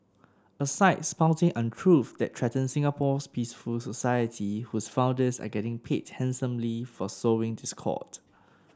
a site spouting untruths that threaten Singapore's peaceful society whose founders are getting paid handsomely for sowing discord